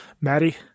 Maddie